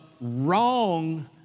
wrong